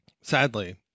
sadly